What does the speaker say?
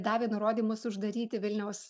davė nurodymus uždaryti vilniaus